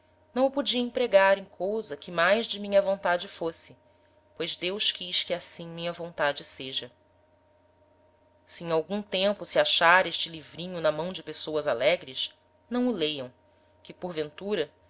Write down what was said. não o podia empregar em cousa que mais de minha vontade fosse pois deus quis que assim minha vontade seja se em algum tempo se achar este livrinho na mão de pessoas alegres não o leiam que porventura